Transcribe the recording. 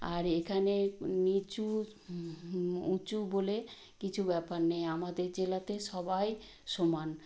আর এখানে নীচু উঁচু বলে কিছু ব্যাপার নেই আমদের জেলাতে সবাই সমান